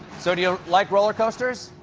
so do you like roller coaster.